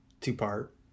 Two-part